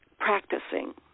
Practicing